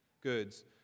goods